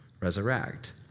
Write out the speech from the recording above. resurrect